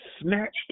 snatched